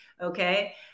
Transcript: Okay